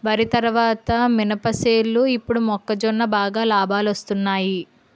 వరి తరువాత మినప సేలు ఇప్పుడు మొక్కజొన్న బాగా లాబాలొస్తున్నయ్